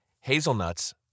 hazelnuts